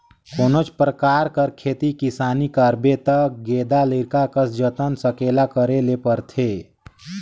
कोनोच परकार कर खेती किसानी करबे ता गेदा लरिका कस जतन संकेला करे ले परथे